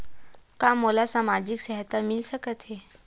का मोला सामाजिक सहायता मिल सकथे?